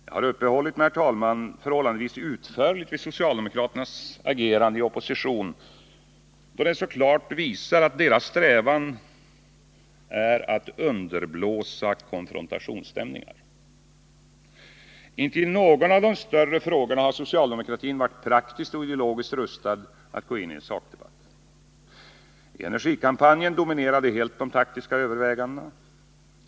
Jag har, herr talman, uppehållit mig förhållandevis utförligt vid socialdemokraternas agerande i opposition, då det så klart visar deras strävan att underblåsa konfrontationsstämningar. Inte i någon av de större frågorna har socialdemokratin varit praktiskt och ideologiskt rustad att gå in i en sakdebatt. I energikampanjen dominerade helt de taktiska övervägandena.